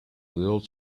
little